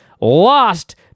lost